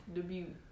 Debut